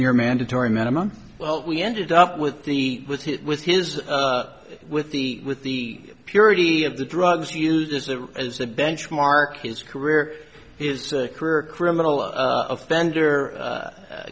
year mandatory minimum well we ended up with the was hit with his with the with the purity of the drugs used as a as a benchmark his career his career criminal offender